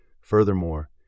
Furthermore